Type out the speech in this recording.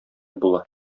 була